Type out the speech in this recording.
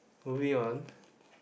moving on